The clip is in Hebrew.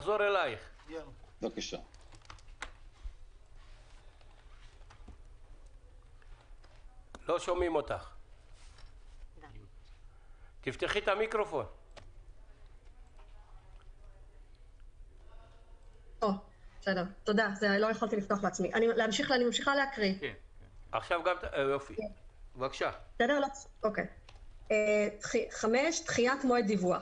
5. דחיית מועד דיווח